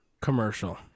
commercial